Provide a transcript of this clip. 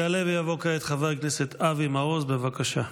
יעלה ויבוא כעת חבר הכנסת אבי מעוז, בבקשה.